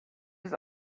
was